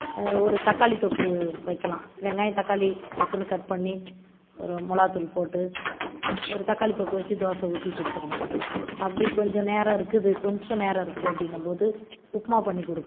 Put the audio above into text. ஒரு தக்காளி தொக்கு வைக்கலாம் வெங்காயம் தக்காளி டக்குன்னு கட் பண்ணி ஒரு மொளகா தூள் போட்டு ஒரு தக்காளி தொக்கு வச்சு தோசை ஊற்றி கொடுத்துடுவேன் அப்படி கொஞ்சம் நேரம் இருக்குது கொஞ்சம் நேரம் இருக்குது அப்படின்னும் போது உப்மா பண்ணி கொடுப்பேன்